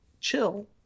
chill